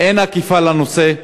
אין אכיפה בנושא,